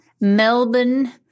Melbourne